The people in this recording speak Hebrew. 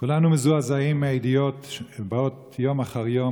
כולנו מזועזעים מהידיעות שבאות יום אחר יום